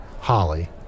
Holly